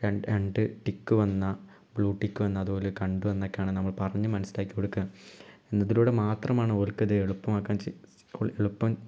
ര രണ്ട് ടിക്ക് വന്നാൽ ബ്ല്യൂ ടിക്ക് വന്നാൽ അത് അവർ കണ്ടു എന്നൊക്കെയാണ് നമ്മള് പറഞ്ഞ് മനസ്സിലാക്കി കൊടുക്കുക എന്നതിലൂടെ മാത്രമാണ് അവർക്കിത് എളുപ്പമാക്കാൻ എളുപ്പം